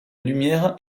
lumière